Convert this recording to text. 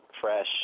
fresh